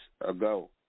ago